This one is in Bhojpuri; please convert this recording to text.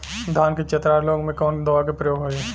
धान के चतरा रोग में कवन दवा के प्रयोग होई?